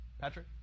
Patrick